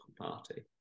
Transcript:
party